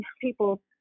people